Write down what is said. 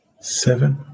Seven